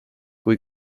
kui